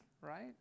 right